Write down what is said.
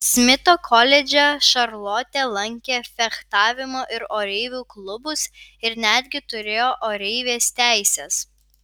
smito koledže šarlotė lankė fechtavimo ir oreivių klubus ir netgi turėjo oreivės teises